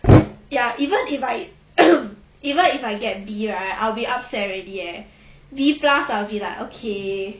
ya even if I even if I get B right I'll be upset already eh B plus I'll be like okay